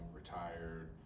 retired